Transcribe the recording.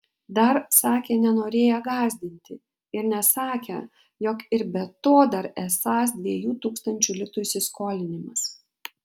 dar sakė nenorėję gąsdinti ir nesakę jog ir be to dar esąs dviejų tūkstančių litų įsiskolinimas